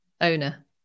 owner